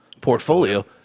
portfolio